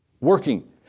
working